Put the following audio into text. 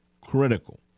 critical